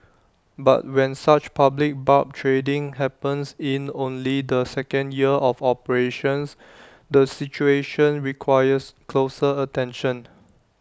but when such public barb trading happens in only the second year of operations the situation requires closer attention